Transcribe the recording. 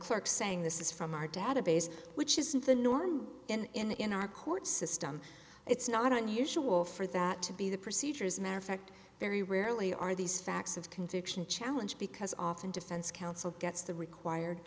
clerk saying this is from our database which isn't the norm in our court system it's not unusual for that to be the procedures matter fact very rarely are these facts of conviction challenge because often defense counsel gets the required